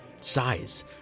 size